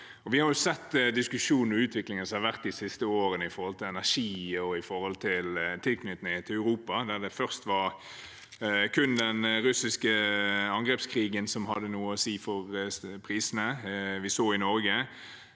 Vi har jo sett diskusjonen og utviklingen som har vært de siste årene med tanke på energi og tilknytning til Europa, der det først var kun den russiske angrepskrigen som hadde noe å si for prisene vi så i Norge,